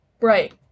Right